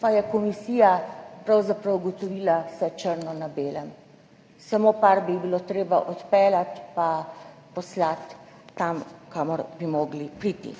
pa je komisija pravzaprav ugotovila vse črno na belem, samo par bi jih bilo treba odpeljati in poslati tja, kamor bi morali priti.